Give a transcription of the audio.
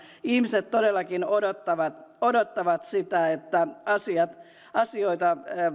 ihmiset todellakin odottavat odottavat sitä että asioita